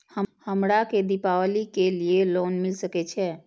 हमरा के दीपावली के लीऐ लोन मिल सके छे?